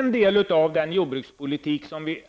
En del av den jordbrukspolitik som vi